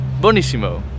Bonissimo